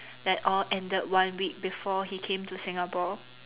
that all ended one week before he came to Singapore